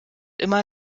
immer